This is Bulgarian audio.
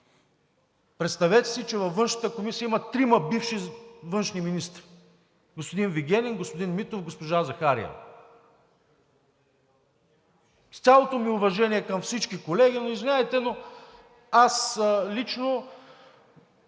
Представете си, че във Външната комисия има трима бивши външни министри – господин Вигенин, господин Митев, госпожа Захариева. С цялото ми уважение към всички колеги, извинявайте, но аз лично